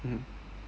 mm